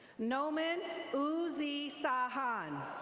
noman uzee sa han.